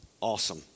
Awesome